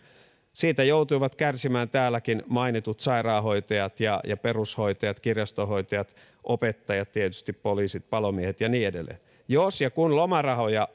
siitä joutuivat kärsimään täälläkin mainitut sairaanhoitajat ja ja perushoitajat kirjastonhoitajat opettajat tietysti poliisit palomiehet ja niin edelleen jos ja kun lomarahoja